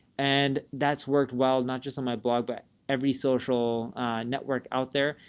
and that's worked well, not just on my blog, but every social network out there.